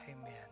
amen